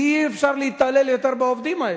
כי אי-אפשר להתעלל יותר בעובדים האלה.